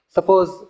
Suppose